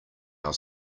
our